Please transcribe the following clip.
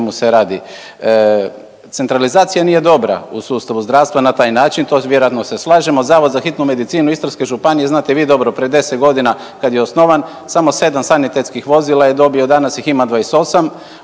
o čemu se radi, centralizacija nije dobra u sustavu zdravstva na taj način, to vjerojatno se slažemo. Zavod za hitnu medicinu Istarske županije znate i vi dobro pred 10 godina kad je osnovan samo sedam sanitetskih vozila je dobio, danas ih ima 28,